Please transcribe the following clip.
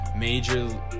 Major